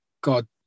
God